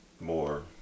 more